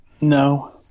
No